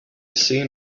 seen